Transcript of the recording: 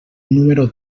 número